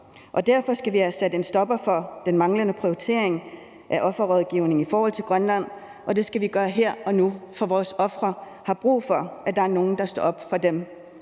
Derfor skal vi have sat en stopper for den manglende prioritering af offerrådgivningen i forhold til Grønland, og det skal vi gøre her og nu, for vores ofre har brug for, at der er nogle, der står op for dem.